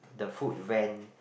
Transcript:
the food van